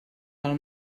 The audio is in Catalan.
del